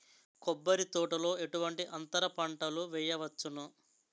కొబ్బరి తోటలో ఎటువంటి అంతర పంటలు వేయవచ్చును?